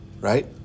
right